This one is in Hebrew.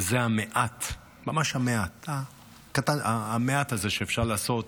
וזה המעט, ממש המעט שאפשר לעשות